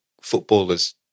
footballers